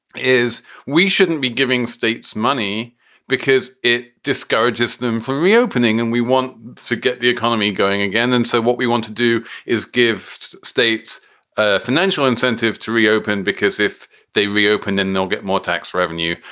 is we shouldn't be giving states money because it discourages them from reopening and we want to get the economy going again. and so what we want to do is give states a financial incentive to reopen, because if they reopen, then they'll get more tax revenue.